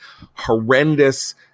Horrendous